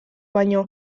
baino